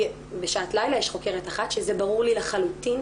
בשעת לילה יש חוקרת אחת, שזה ברור לי לחלוטין.